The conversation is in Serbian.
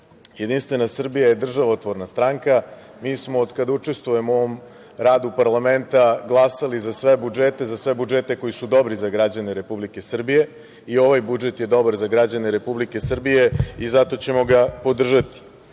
budžeta. Jedinstvena Srbija je državotvorna stranka. Mi smo od kad učestvujemo u ovom radu parlamenta glasali za sve budžete, za sve budžete koji su dobri za građane Republike Srbije i ovaj budžet je dobar za građane Republike Srbije i zato ćemo ga podržati. Jedan